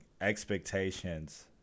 expectations